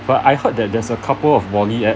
but I heard that that's a couple of wally apps